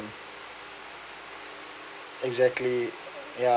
exactly ya